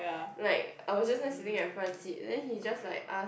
like I was just nice sitting at the front sit then he just like ask